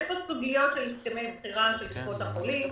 יש פה סוגיות של הסכמי בחירה של קופות החולים,